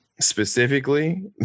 Specifically